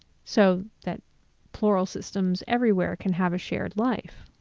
so that plural systems everywhere can have a shared life.